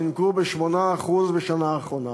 זינקו ב-8% בשנה האחרונה,